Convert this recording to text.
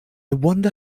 wonder